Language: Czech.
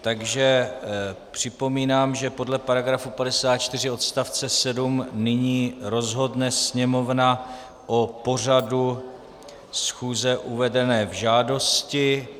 Takže připomínám, že podle § 54 odst. 7 nyní rozhodne Sněmovna o pořadu schůze uvedené v žádosti.